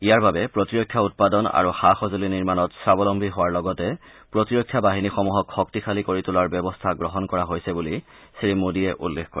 ইয়াৰ বাবে প্ৰতিৰক্ষা উৎপাদন আৰু সা সঁজুলি নিৰ্মাণত স্বাৱলম্নী হোৱাৰ লগতে প্ৰতিৰক্ষা বাহিনীসমূহক শক্তিশালী কৰি তোলাৰ ব্যৱস্থা গ্ৰহণ কৰা হৈছে বুলিও শ্ৰীমোডীয়ে উল্লেখ কৰে